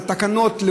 התקנות,